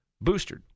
boosted